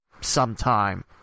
sometime